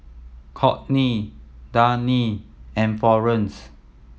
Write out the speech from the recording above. Courtney Dani and Florene